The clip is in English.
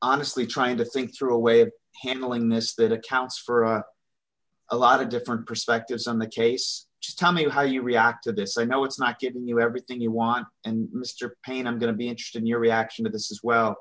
honestly trying to think through a way of handling this that accounts for a lot of different perspectives on the case tell me how you react to this i know it's not getting you everything you want and mr payne i'm going to be interested in your reaction to this is well